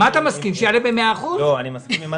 אני מסכים, אני רק רוצה להסביר.